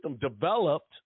developed